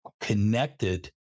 connected